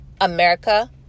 America